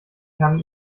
kann